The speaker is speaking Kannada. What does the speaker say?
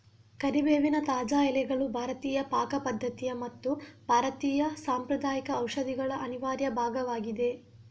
ಕರಿಬೇವಿನ ತಾಜಾ ಎಲೆಗಳು ಭಾರತೀಯ ಪಾಕ ಪದ್ಧತಿ ಮತ್ತು ಭಾರತೀಯ ಸಾಂಪ್ರದಾಯಿಕ ಔಷಧಿಗಳ ಅನಿವಾರ್ಯ ಭಾಗವಾಗಿದೆ